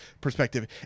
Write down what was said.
perspective